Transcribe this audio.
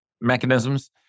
mechanisms